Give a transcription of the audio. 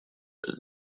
that